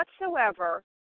whatsoever